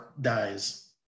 dies